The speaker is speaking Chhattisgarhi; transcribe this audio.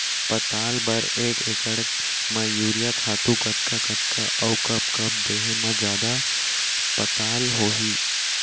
पताल बर एक एकड़ म यूरिया खातू कतका कतका अऊ कब कब देहे म जादा पताल होही?